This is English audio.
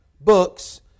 books